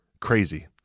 crazy